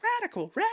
radical